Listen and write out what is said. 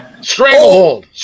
Stranglehold